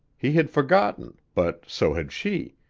he had forgotten but so had she,